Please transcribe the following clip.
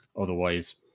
otherwise